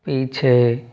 पीछे